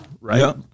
right